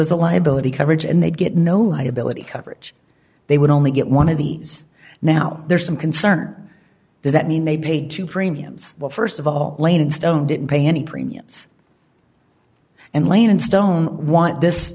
as a liability coverage and they'd get no liability coverage they would only get one of these now there's some concern does that mean they pay to premiums well st of all laying in stone didn't pay any premiums and lane and stone want this